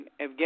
Evgeny